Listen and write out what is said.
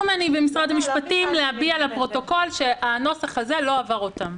ביקשו ממני במשרד המשפטים לומר לפרוטוקול שהנוסח הזה לא עבר אותם.